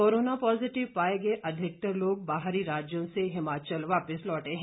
corona positive पाए गए अधिकतर लोग बाहरी राज्यों से हिमाचल वापस लौटे हैं